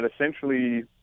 essentially